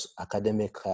academic